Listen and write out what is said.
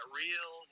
real